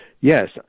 Yes